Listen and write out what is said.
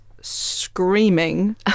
screaming